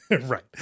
right